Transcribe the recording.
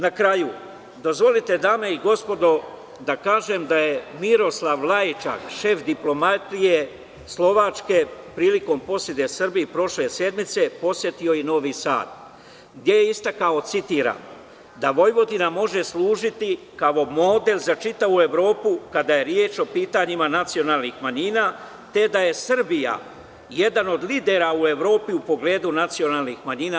Na kraju, dozvolite dame i gospodo da kažem da je Miroslav Lajčak, šef diplomatije Slovačke, prilikom posete Srbije prošle sedmice, posetio i Novi Sad, gde je istakao citiram – da Vojvodina može služiti kao model za čitavu Evropu, kada je reč o pitanjima nacionalnih manjina, te da je Srbija jedan od lidera u Evropi u pogledu nacionalnih manjina.